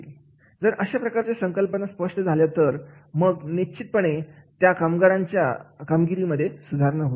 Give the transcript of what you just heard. जर अशा प्रकारचे संकल्पना स्पष्ट झाल्या तर मग त्यांच्या कामगिरीमध्ये सुधारणा होईल